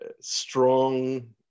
strong